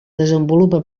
desenvolupa